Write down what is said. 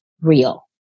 real